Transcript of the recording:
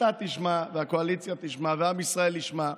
אתה תשמע והקואליציה תשמע ועם ישראל ישמע.